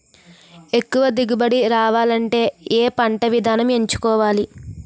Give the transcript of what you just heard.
ఎక్కువ దిగుబడి రావాలంటే ఏ పంట విధానం ఎంచుకోవాలి?